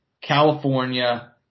California